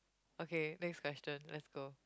okay next question let's go